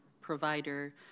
provider